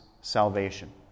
salvation